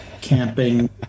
camping